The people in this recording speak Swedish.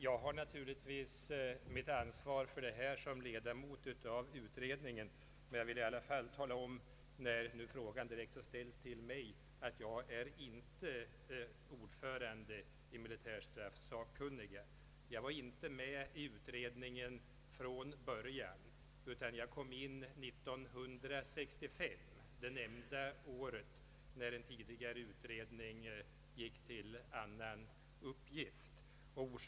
Jag har naturligtvis mitt ansvar för detta dröjsmål i egenskap av ledamot i utredningen. När nu frågan har ställts direkt till mig vill jag i alla fall tala om att jag inte är ordförande i militärstraffsakkunniga, Jag var inte med i utredningen från början utan kom in i bilden år 1965, det år då en tidigare utredningsman övergick till andra uppgifter.